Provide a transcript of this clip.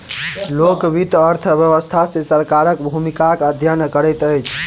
लोक वित्त अर्थ व्यवस्था मे सरकारक भूमिकाक अध्ययन करैत अछि